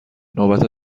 نوبت